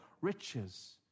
riches